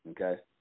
Okay